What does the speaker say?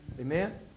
Amen